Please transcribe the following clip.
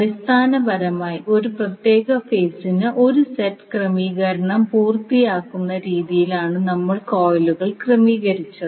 അടിസ്ഥാനപരമായി 1 പ്രത്യേക ഫേസിന് 1 സെറ്റ് ക്രമീകരണം പൂർത്തിയാക്കുന്ന രീതിയിലാണ് നമ്മൾ കോയിലുകൾ ക്രമീകരിച്ചത്